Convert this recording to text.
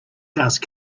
dust